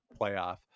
playoff